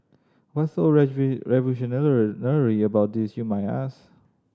what's so about this you might ask